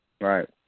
Right